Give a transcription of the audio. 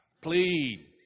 plead